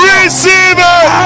Receiver